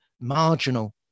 marginal